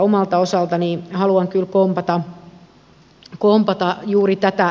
omalta osaltani haluan kyllä kompata juuri tätä näkökulmaa